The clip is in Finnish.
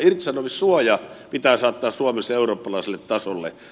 irtisanomissuoja pitää saattaa suomessa eurooppalaiselle tasolle